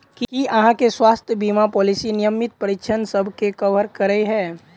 की अहाँ केँ स्वास्थ्य बीमा पॉलिसी नियमित परीक्षणसभ केँ कवर करे है?